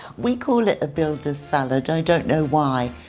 we call it a builder's salad. i don't know why.